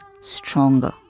stronger